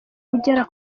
ugera